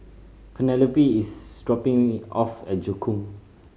Penelope is dropping me off at Joo Koon